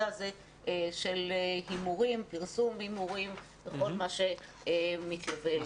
הזה של הימורים ופרסומם וכל מה שנובע מכך.